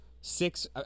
six